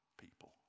people